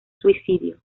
suicidio